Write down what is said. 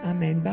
Amen